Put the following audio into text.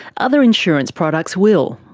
other insurance products will,